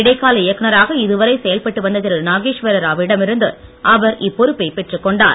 இடைக்கால இயக்குனராக இதுவரை செயல்பட்டு வந்த திரு நாகேஸ்வர்ராவிடம் இருந்து அவர் இப்பொறுப்பை பெற்றுக் கொண்டார்